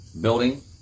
building